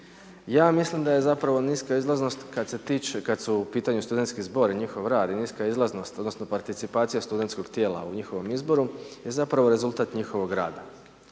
ja mislim da je zapravo niska izlaznost kad se tiče, kad su u pitanju studentski zbor i njihov rad i niska izlaznost odnosno participacija studentskog tijela u njihovom izboru, je zapravo rezultat njihovog rada,